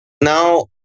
Now